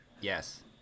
Yes